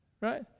Right